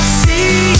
see